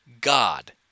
god